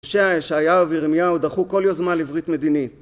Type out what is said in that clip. הושע, ישעיהו וירמיהו דחו כל יוזמה לברית מדינית.